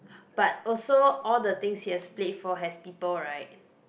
but also all the things he has played for has people right